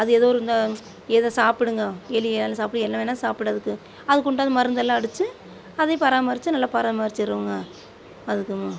அது ஏதோ ஒரு இந்த இதை சாப்பிடுங்க எலி சாப்பிடும் என்ன வேணுனா சாப்பிடும் அதுக்கு அதுக்கு உண்டான மருந்த எல்லாம் அடித்து அதையும் பராமரித்து நல்லா பராமரித்திருவோங்க அதுக்கும்